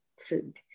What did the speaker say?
food